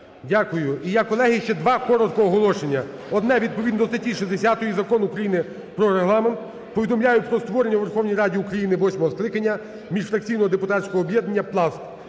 Дякую. І я, колеги, ще два коротко оголошення, одне відповідно до статті 60 Закону України "Про Регламент" повідомляю про створення у Верховній Раді України восьмого скликання міжфракційного депутатського об'єднання "Пласт".